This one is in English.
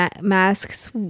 Masks